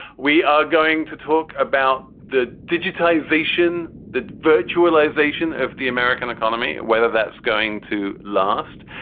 we are going to talk about the digitization, the virtualization of the american economy, whether that's going to last.